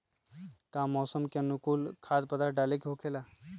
का मौसम के अनुकूल खाद्य पदार्थ डाले के होखेला?